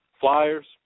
Flyers